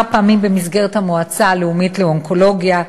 פעמים במסגרת המועצה הלאומית לאונקולוגיה,